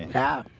yeah,